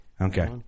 Okay